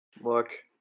look